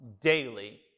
daily